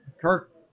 Kirk